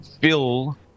fill